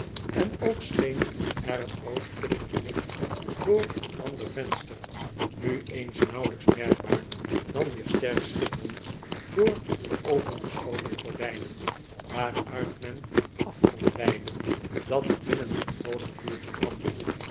en ook scheen er een rood flikkerend licht door een ander venster nu eens nauwelijks merkbaar dan weer sterk schitterend door de opengeschoven gordijnen waaruit men af kon leiden dat er binnen een vroolijk vuurtje biandde